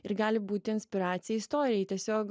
ir gali būti inspiracija istorijai tiesiog